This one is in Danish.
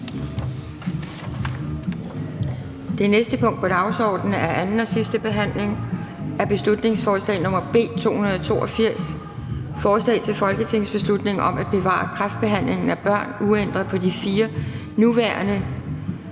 Det næste punkt på dagsordenen er: 52) 2. (sidste) behandling af beslutningsforslag nr. B 282: Forslag til folketingsbeslutning om at bevare kræftbehandlingen af børn uændret på de nuværende